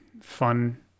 fun